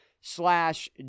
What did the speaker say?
slash